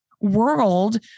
world